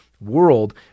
world